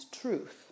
truth